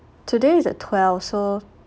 today's at twelve so